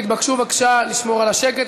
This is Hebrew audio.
חברי הכנסת התבקשו בבקשה לשמור על השקט,